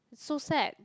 so sad